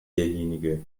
derjenige